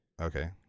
Okay